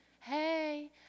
hey